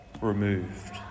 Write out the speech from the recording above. removed